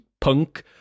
punk